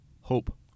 Hope